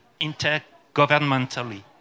intergovernmentally